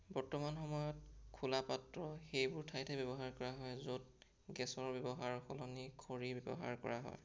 বৰ্তমান সময়ত খোলা পাত্ৰ সেইবোৰ ঠাইতে ব্যৱহাৰ কৰা হয় য'ত গেছৰ ব্যৱহাৰৰ সলনি খৰি ব্যৱহাৰ কৰা হয়